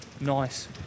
nice